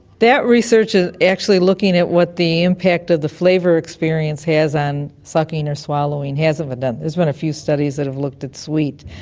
that research ah actually looking at what the impact of the flavour experience has on sucking or swallowing hasn't been done. there's been a few studies that have looked at sweet.